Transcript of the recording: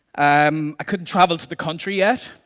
um i couldn't travel to the country yet,